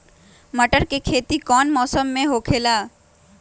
मटर के खेती कौन मौसम में होखेला?